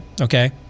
okay